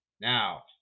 now